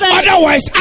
otherwise